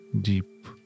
deep